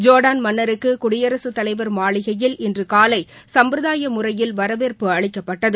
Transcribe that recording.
ஜோ்டான் மன்னருக்கு குடியரசுத் தலைவர் மாளிகையில் இன்று காலை சம்ப்ரதாய முறையில் வரவேற்பு அளிக்கப்பட்டது